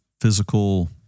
physical